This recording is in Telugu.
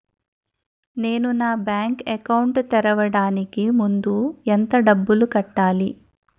నేను నా బ్యాంక్ అకౌంట్ తెరవడానికి ముందు ఎంత డబ్బులు కట్టాలి?